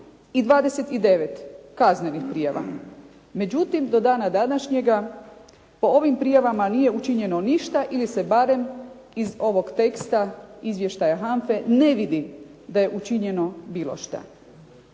i 29 kaznenih prijava. Međutim, do dana današnjega po ovim prijavama nije učinjeno ništa ili se barem iz ovog teksta izvještaja HANFA-e ne vidi da je učinjeno bilo što.